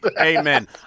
Amen